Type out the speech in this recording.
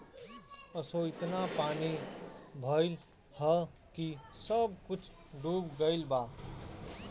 असो एतना पानी भइल हअ की सब कुछ डूब गईल बा